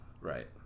right